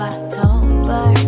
October